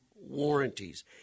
warranties